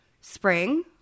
spring –